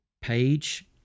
page